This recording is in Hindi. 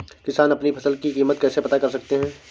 किसान अपनी फसल की कीमत कैसे पता कर सकते हैं?